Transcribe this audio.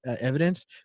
evidence